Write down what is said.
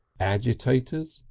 agitators,